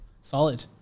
solid